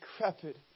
decrepit